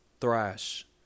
thrash